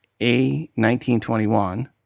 A1921